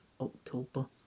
October